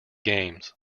games